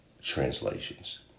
translations